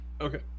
Okay